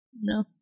No